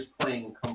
playing